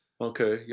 okay